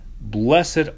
Blessed